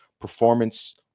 performance